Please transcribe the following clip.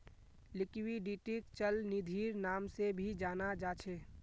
लिक्विडिटीक चल निधिर नाम से भी जाना जा छे